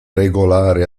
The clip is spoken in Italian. regolare